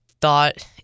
thought